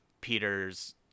Peter's